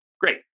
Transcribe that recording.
Great